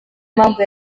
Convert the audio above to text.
mpamvu